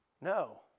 No